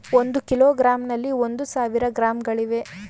ಒಂದು ಕಿಲೋಗ್ರಾಂನಲ್ಲಿ ಒಂದು ಸಾವಿರ ಗ್ರಾಂಗಳಿವೆ